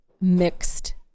mixed